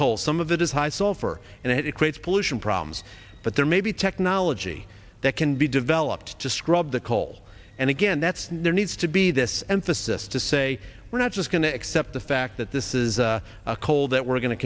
coal some of it is high sulfur and it creates pollution problems but there may be technology that can be developed to scrub the coal and again that's there needs to be this emphasis to say we're not just going to accept the fact that this is a coal that we're going to